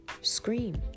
scream